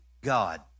God